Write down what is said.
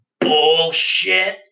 Bullshit